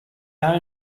had